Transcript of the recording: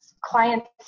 clients